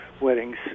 weddings